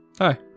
Hi